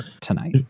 tonight